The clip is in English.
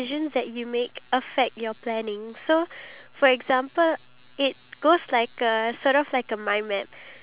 because if you don't have anything to look forward to then you will just give up because you know you'll probably be like what's the point